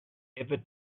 ever